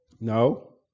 No